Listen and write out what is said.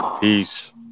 Peace